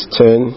ten